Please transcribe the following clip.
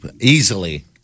easily